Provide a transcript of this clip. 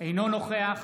נוכח